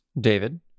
David